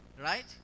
Right